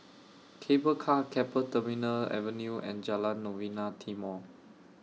Cable Car Keppel Terminal Avenue and Jalan Novena Timor